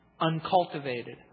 uncultivated